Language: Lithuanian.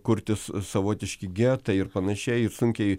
kurtis savotiški getai ir panašiai ir sunkiai